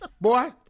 Boy